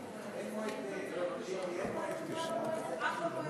העבודה ולצמצום פערים חברתיים (מס הכנסה שלילי) (תיקון,